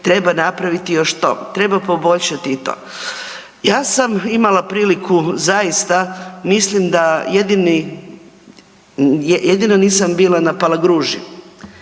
treba napraviti još to, treba poboljšati to. Ja sam imala priliku zaista mislim da jedino nisam bila na Palagruži